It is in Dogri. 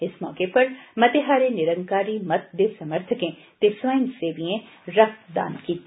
इस मौके पर मते हारे निरंकारी मत दे समर्थकें ते स्वयंसेविएं रक्तदान कीता